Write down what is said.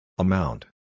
Amount